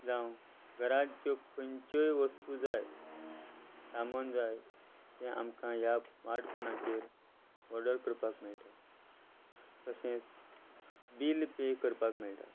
जावं घरांत ज्यो खंयच्योय वस्तू जाय सामान जाय तें आमकां ह्या स्मार्ट फोनाचेर ऑर्डर करपाक मेळटा तशेंच बील पे करपाक मेळटा